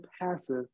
passive